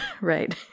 right